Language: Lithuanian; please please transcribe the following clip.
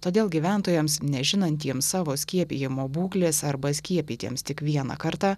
todėl gyventojams nežinantiems savo skiepijimo būklės arba skiepytiems tik vieną kartą